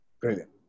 Brilliant